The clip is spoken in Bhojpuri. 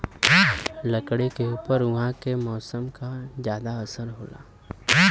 लकड़ी के ऊपर उहाँ के मौसम क जादा असर होला